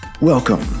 Welcome